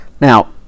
Now